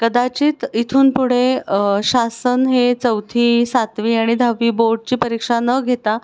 कदाचित इथून पुढे शासन हे चौथी सातवी आणि दहावी बोर्डची परीक्षा न घेता